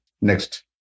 Next